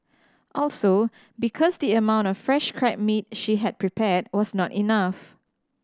also because the amount of fresh crab meat she had prepared was not enough